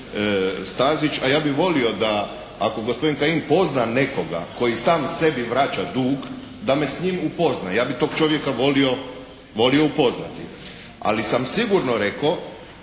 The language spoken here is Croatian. Stazić. A ja bih volio da ako gospodin Kajin pozna nekoga koji sam sebi vraća dug da me s njim upozna, ja bih to čovjeka volio upoznati. Ali sam sigurno rekao